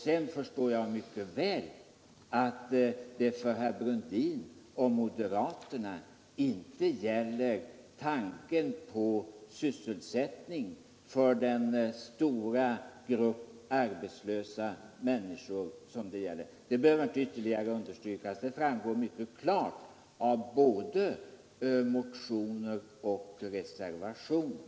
Sedan förstår jag mycket väl att herr Brundin och moderaterna inte tänker på sysselsättningen för den stora grupp arbetslösa människor det gäller. Jag behöver väl inte ytterligare understryka att detta framgår mycket klart av både motioner och reservationer.